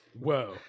Whoa